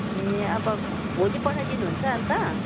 ए अब भोलि पठाइदिनुहुन्छ अनि त